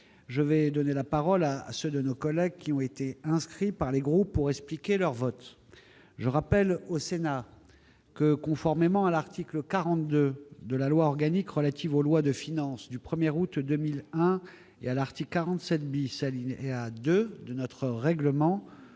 je vais donner la parole à ceux de nos collègues qui ont été inscrits par les groupes pour expliquer leur vote. Je rappelle au Sénat que, conformément à l'article 42 de la loi organique relative aux lois de finances du 1août 2001 et à l'article 47, alinéa 2, de notre règlement,